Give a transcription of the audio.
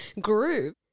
group